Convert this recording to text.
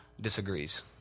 disagrees